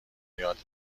یاد